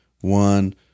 one